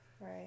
Right